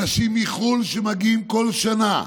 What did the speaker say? אנשים מחו"ל שמגיעים כל שנה.